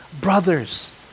brothers